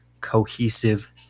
cohesive